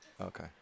Okay